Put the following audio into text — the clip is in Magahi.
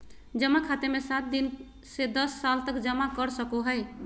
जमा खाते मे सात दिन से दस साल तक जमा कर सको हइ